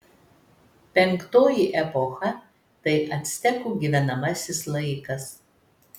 penktoji epocha tai actekų gyvenamasis laikas